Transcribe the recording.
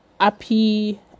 happy